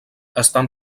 estan